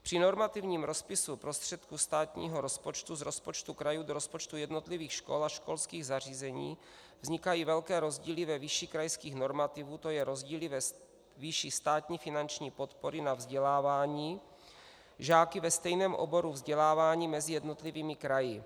Při normativním rozpisu prostředků státního rozpočtu z rozpočtu krajů do rozpočtu jednotlivých škol a školských zařízení vznikají velké rozdíly ve výši krajských normativů, tj. rozdíly ve výši státní finanční podpory na vzdělávání žáků ve stejném oboru vzdělávání mezi jednotlivými kraji.